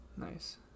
Nice